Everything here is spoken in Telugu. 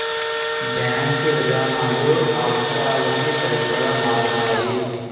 బ్యాంకు విధానాలు అవసరాలకి సరిపడా మారతాయి